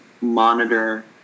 monitor